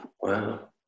Wow